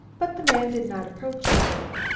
but the man did not approach the boat.